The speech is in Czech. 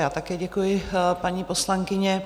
Já také děkuji, paní poslankyně.